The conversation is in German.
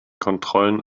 kontrollen